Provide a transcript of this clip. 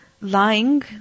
lying